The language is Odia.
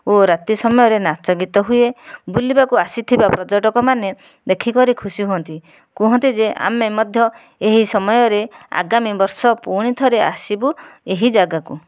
ଓ ରାତି ସମୟରେ ନାଚ ଗୀତ ହୁଏ ବୁଲିବାକୁ ଆସିଥିବା ପର୍ଯ୍ୟଟକମାନେ ଦେଖିକରି ଖୁସି ହୁଅନ୍ତି କୁହନ୍ତି ଯେ ଆମେ ମଧ୍ୟ ଏହି ସମୟରେ ଆଗାମୀ ବର୍ଷ ପୁଣି ଥରେ ଆସିବୁ ଏହି ଜାଗାକୁ